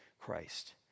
Christ